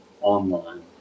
online